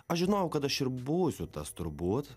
aš žinojau kad aš ir būsiu tas turbūt